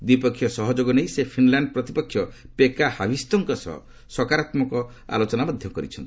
ଦ୍ୱିପାକ୍ଷୀୟ ସହଯୋଗ ନେଇ ସେ ଫିନ୍ଲାଣ୍ଡ ପ୍ରତିପକ୍ଷ ପେକା ହାଭିସ୍ତୋଙ୍କ ସହ ସକାରାତ୍ମକ ଆଲୋଚନା କରିଛନ୍ତି